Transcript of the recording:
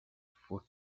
foot